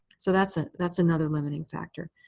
so that's ah that's another limiting factor.